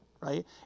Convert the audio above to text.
Right